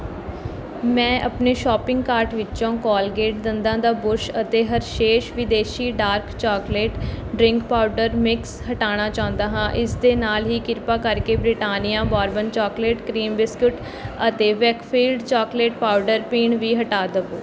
ਮੈਂ ਆਪਣੇ shopping cart ਵਿਚੋਂ ਕੋਲਗੇਟ ਦੰਦਾਂ ਦਾ ਬੁਰਸ਼ ਅਤੇ ਹਰਸ਼ੇਸ਼ ਵਿਦੇਸ਼ੀ dark chocolate drink powder mix ਹਟਾਣਾ ਚਾਹੁੰਦਾ ਹਾਂ ਇਸ ਦੇ ਨਾਲ ਹੀ ਕ੍ਰਿਪਾ ਕਰਕੇ Britannia Bourbon chocolate cream biscuit ਅਤੇ ਵੇਕਫ਼ੀਲਡ ਚਾਕਲੇਟ ਪਾਊਡਰ ਪੀਣ ਵੀ ਹਟਾ ਦਵੋ